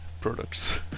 products